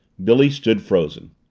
billy stood frozen.